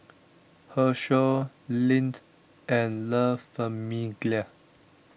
Herschel Lindt and La Famiglia